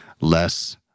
less